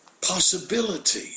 possibility